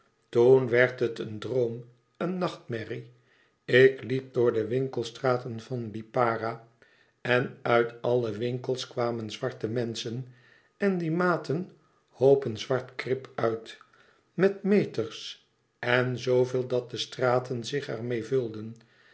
toen werd het een droom een nachtmerrie ik liep door de winkelstraten van lipara en uit alle winkels kwamen zwarte menschen en die maten hoopen zwart krip uit met meters en zoveel dat de straten zich er mêe vulden